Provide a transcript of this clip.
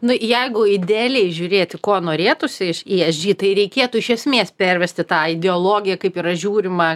nu jeigu idealiai žiūrėti ko norėtųsi iš i es džy tai reikėtų iš esmės pervesti tą ideologiją kaip yra žiūrima